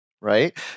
right